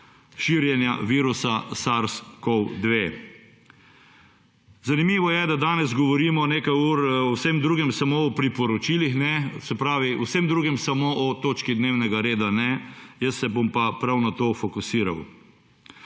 širjenja virusa **sars**-CoV-2. Zanimivo je, da danes govorimo nekaj ur o vsem drugem, samo o priporočilih ne. Se pravi o vsem drugem, samo o točki dnevnega reda ne, jaz se bom pa prav na to fokusiral.